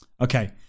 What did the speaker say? Okay